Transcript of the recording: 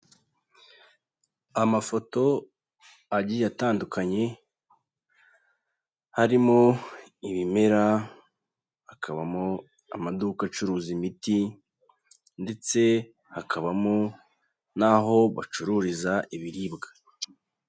Amafoto agiye atandukanye, harimo ibimera, hakabamo amaduka acuruza imiti ndetse hakabamo n'aho bacururiza ibiribwa.